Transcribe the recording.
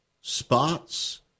spots